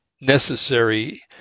necessary